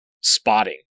spotting